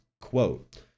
Quote